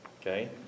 okay